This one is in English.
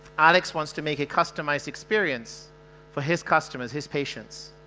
alex wants to make a customized experience for his customers his patients